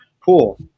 pool